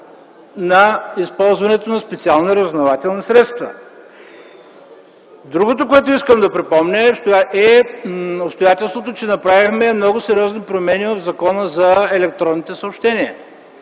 на използването на специални разузнавателни средства. Другото, което искам да припомня е обстоятелството, че направихме много сериозни промени в Закона за електронните съобщения